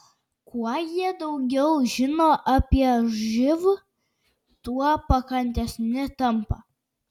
kuo jie daugiau žino apie živ tuo pakantesni tampa